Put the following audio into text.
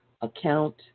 account